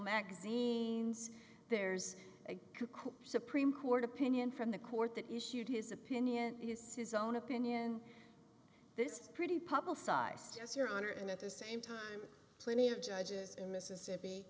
magazines there's a supreme court opinion from the court that issued his opinion his says own opinion this is pretty publicized yes your honor and at the same time plenty of judges in mississippi